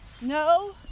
no